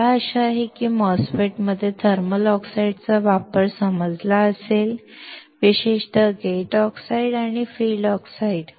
मला आशा आहे की तुम्हाला MOSFET मध्ये थर्मल ऑक्साईडचा वापर समजला असेल विशेषतः गेट ऑक्साइड आणि फील्ड ऑक्साइड